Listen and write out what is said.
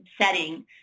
setting